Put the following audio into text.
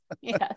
yes